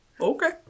Okay